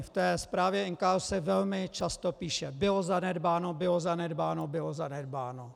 V té zprávě NKÚ se velmi často píše bylo zanedbáno, bylo zanedbáno, bylo zanedbáno.